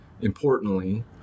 importantly